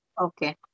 Okay